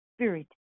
Spirit